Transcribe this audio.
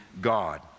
God